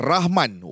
Rahman